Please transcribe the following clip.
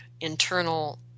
internal